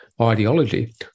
ideology